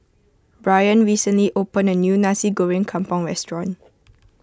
Bryan recently opened a new Nasi Goreng Kampung restaurant